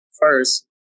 first